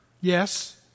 Yes